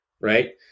right